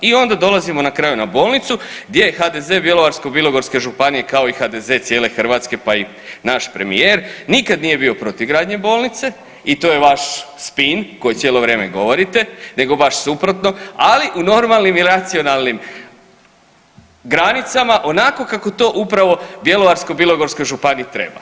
I onda dolazimo na kraju na bolnicu, gdje je HDZ Bjelovarsko-bilogorske županije, kao i HDZ cijele Hrvatske, pa i naš premijer, nikad nije bio protiv gradnje bolnice i to je vaš spin koji cijelo vrijeme govorite, nego baš suprotno, ali u normalnim i racionalnim granicama, onako kako to upravo Bjelovarsko-bilogorska županiji treba.